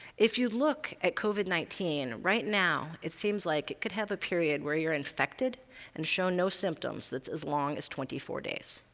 if you look at covid nineteen, right now, it's seems like it could have a period where you're infected and show no symptoms that's as long as twenty four days.